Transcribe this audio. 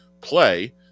play